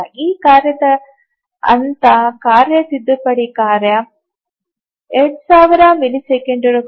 ಈ ಕಾರ್ಯದ ಹಂತ ಕಾರ್ಯ ತಿದ್ದುಪಡಿ ಕಾರ್ಯ 2000 ಮಿಲಿಸೆಕೆಂಡುಗಳು